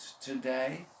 today